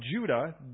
Judah